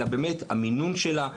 אלא המינון שלה,